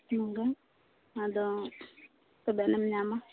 ᱦᱮᱸ ᱟᱫᱚ ᱛᱚᱵᱮᱱᱟᱜ ᱮᱢ ᱧᱟᱢᱟ